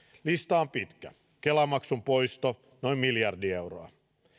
lista on pitkä kela maksun poisto noin miljardi euroa